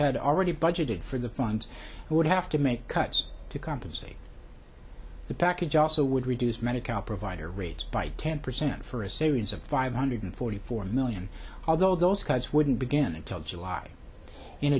had already budgeted for the funds would have to make cuts to compensate the package also would reduce medical provider rates by ten percent for a series of five hundred forty four million although those cuts wouldn't begin until july in